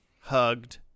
hugged